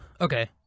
okay